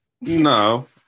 No